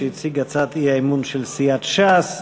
שהציג הצעת האי-אמון של סיעת ש"ס.